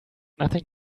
nothing